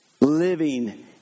Living